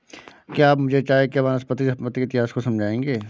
क्या आप मुझे चाय के वानस्पतिक उत्पत्ति के इतिहास को समझाएंगे?